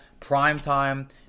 primetime